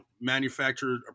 manufactured